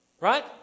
right